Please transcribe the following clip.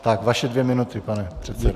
Tak vaše dvě minuty, pane předsedo.